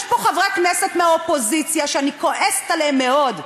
יש פה חברי כנסת מהאופוזיציה שאני כועסת עליהם מאוד,